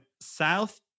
South